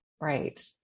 Right